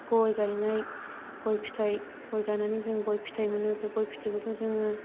गय गायनाय गय फिथाइ गय गायनानै जों गय फिथाइ मोनो बे गय फिथाइखौबो जोङो